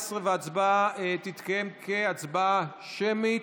14, וההצבעה תתקיים כהצבעה שמית.